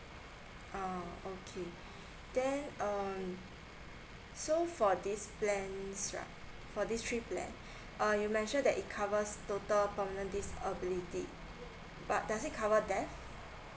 oh okay then um so for this plans for this three plans uh you mentioned that it covers total permanent disability but does it cover death